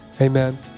Amen